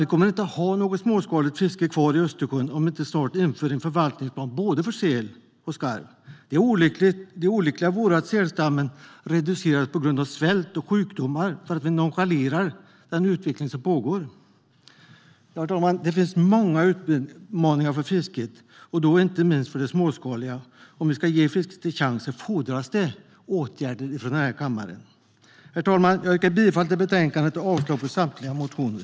Vi kommer inte att ha något småskaligt fiske kvar i Östersjön om vi inte snart inför en förvaltningsplan för både säl och skarv. Det olyckliga vore om sälstammen reducerades på grund av svält och sjukdomar därför att vi nonchalerar den utveckling som pågår. Det finns många utmaningar för fisket, herr talman, och då inte minst för det småskaliga. Om vi ska ge fisket en chans fordras det åtgärder från den här kammaren. Herr talman! Jag yrkar bifall till förslaget i betänkandet och avslag på samtliga motioner.